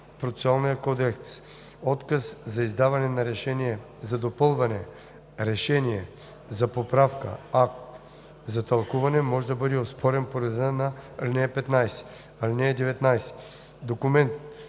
кодекс. Отказ за издаване на решение за допълване/решение за поправка/акт за тълкуване може да бъде оспорен по реда на ал. 15. (19) Документ